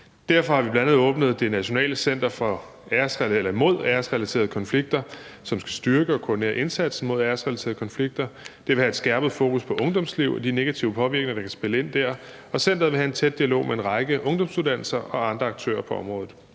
Derfor har vi bl.a. åbnet det nationale center mod æresrelaterede konflikter, som skal styrke og koordinere indsatsen mod æresrelaterede konflikter. Det vil have et skærpet fokus på ungdomsliv og de negative påvirkninger, der kan spille ind der, og centeret vil have en tæt dialog med en række ungdomsuddannelser og andre aktører på området.